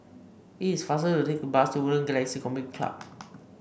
it is faster to take bus to Woodlands Galaxy Community Club